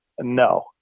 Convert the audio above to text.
No